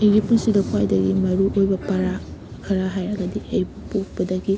ꯑꯩꯒꯤ ꯄꯨꯟꯁꯤꯗ ꯈ꯭ꯋꯥꯏꯗꯒꯤ ꯃꯔꯨ ꯑꯣꯏꯕ ꯄꯔꯥ ꯈꯔ ꯍꯥꯏꯔꯒꯗꯤ ꯑꯩꯕꯨ ꯄꯣꯛꯄꯗꯒꯤ